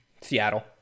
seattle